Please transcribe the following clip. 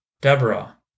Deborah